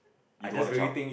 you don't want a child